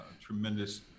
tremendous